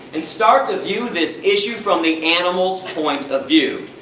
and start to view this issue from the animals' point of view.